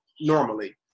normally